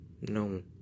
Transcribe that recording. No